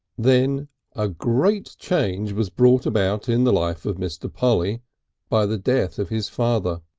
then a great change was brought about in the life of mr. polly by the death of his father.